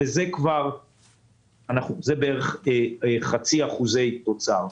שזה בערך 0.5% תוצר.